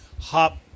hop